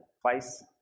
twice